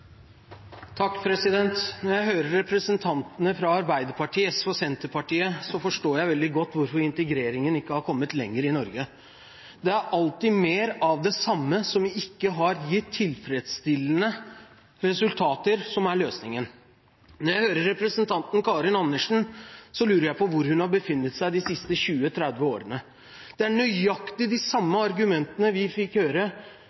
Når jeg hører representantene fra Arbeiderpartiet, SV og Senterpartiet, forstår jeg veldig godt hvorfor integreringen ikke har kommet lenger i Norge. Det er alltid mer av det samme – som ikke har gitt tilfredsstillende resultater – som er løsningen. Når jeg hører representanten Karin Andersen, lurer jeg på hvor hun har befunnet seg de siste 20–30 årene. Det er nøyaktig de samme argumentene vi fikk høre